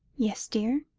yes, dear?